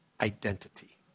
identity